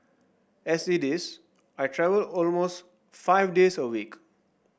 as it is I travel almost five days a week